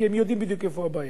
כי הם יודעים בדיוק איפה הבעיה.